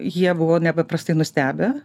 jie buvo nepaprastai nustebę